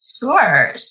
Sure